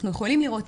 אנחנו יכולים לראות,